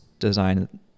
design